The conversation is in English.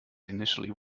initially